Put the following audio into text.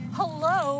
hello